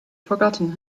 forgotten